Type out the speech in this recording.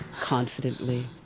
confidently